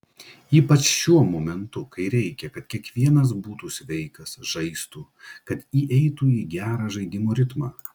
ypač šiuo momentu kai reikia kad kiekvienas būtų sveikas žaistų kad įeitų į gerą žaidimo ritmą